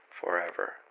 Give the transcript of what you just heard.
forever